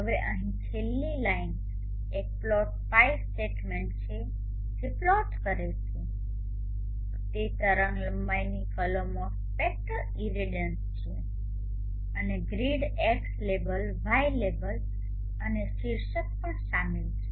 હવે અહીં છેલ્લી લાઈન એક પ્લોટ λ સ્ટેટમેંટ છે જે પ્લોટ કરે છે તે તરંગલંબાઇની કલમો સ્પેક્ટ્રલ ઇરેડિયન્સ છે અને grid X label Y label અને શીર્ષક પણ શામેલ છે